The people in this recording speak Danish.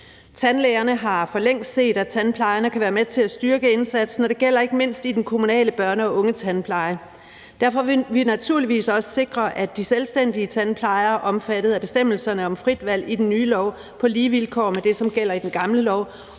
Tandlægerne har forlængst set, at tandplejerne kan være med til at styrke indsatsen, og det gælder ikke mindst i den kommunale børne- og ungetandpleje. Derfor vil vi naturligvis også sikre, at de selvstændige tandplejere er omfattet af bestemmelserne om frit valg i den nye lov på lige vilkår med det, som gælder i den gamle lov.